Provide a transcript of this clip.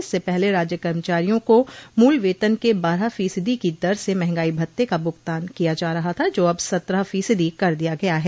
इससे पहले राज्य कर्मचारियों को मूल वेतन के बारह फीसदी की दर से मंहगाई भत्ते का भूगतान किया रहा था जो अब सत्रह फीसदी कर दिया गया है